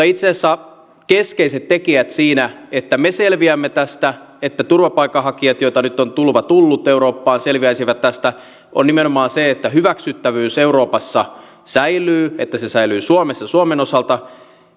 itse asiassa keskeiset tekijät siinä että me selviämme tästä että turvapaikanhakijat joita nyt on tulva tullut eurooppaan selviäisivät tästä ovat nimenomaan se että hyväksyttävyys euroopassa säilyy että se säilyy suomessa suomen osalta